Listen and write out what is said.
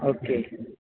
okay